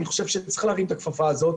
אני חושב שצריך להרים את הכפפה הזאת